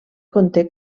conté